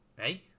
Hey